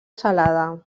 salada